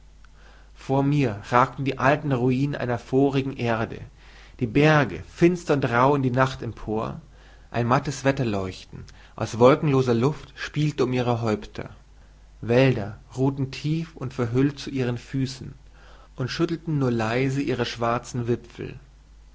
vor mir ragten die alten ruinen einer vorigen erde die berge finster und rauh in die nacht empor ein mattes wetterleuchten aus wolkenloser luft spielte um ihre häupter wälder ruhten tief und verhüllt zu ihren füßen und schüttelten nur leise ihre schwarzen wipfel